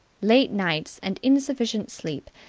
late nights and insufficient sleep,